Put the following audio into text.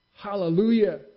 Hallelujah